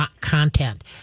content